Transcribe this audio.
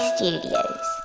Studios